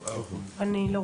בבקשה.